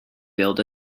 billed